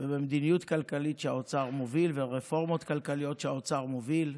על מדיניות כלכלית שהאוצר מוביל ועל רפורמות כלכליות שהאוצר מוביל,